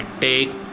take